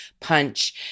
punch